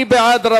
מי בעד?